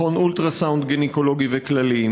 מכון אולטרסאונד גינקולוגי וכללי,